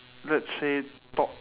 let's say top~